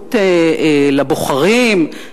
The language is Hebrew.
ממחויבות לבוחרים?